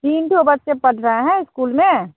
तीन ठो बच्चे पढ़ रहे हैं इस्कूल में